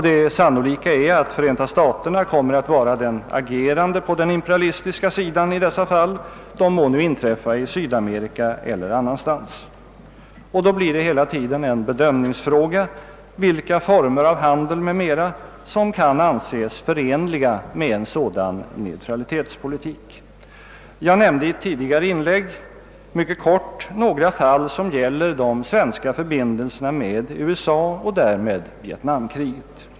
Det sannolika är att Förenta staterna kommer att vara den agerande parten på den imperialistiska sidan i dessa fall, de må nu inträffa i Sydamerika eller annorstädes. Och då blir det hela tiden en bedömningsfråga vilka former av handel m.m. som kan anses förenliga med en sådan neutralitetspolitik. Jag nämnde i ett ti digare inlägg mycket kort några fall som gäller de svenska förbindelserna med USA och därmed vietnamkriget.